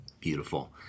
Beautiful